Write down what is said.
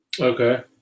Okay